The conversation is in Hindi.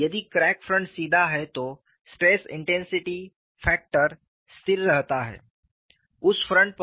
यदि क्रैक फ्रंट सीधा है तो स्ट्रेस इंटेंसिटी फैक्टर स्थिर रहता है उस फ्रंट पर